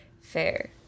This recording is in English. Fair